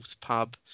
pub